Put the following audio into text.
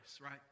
right